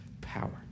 power